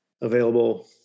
available